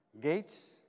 Gates